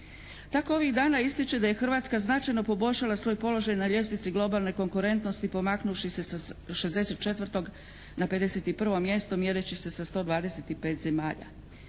Tako ovih dana ističe da je Hrvatska značajno poboljšala svoj položaj na ljestvici globalne konkurentnosti pomaknuvši se sa 64. na 51. mjesto mjereći se za 125 zemalja.